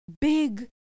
big